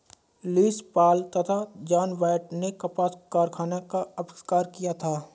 Lewis Paul तथा John Wyatt ने कपास कारखाने का आविष्कार किया था